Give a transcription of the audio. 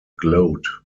glowed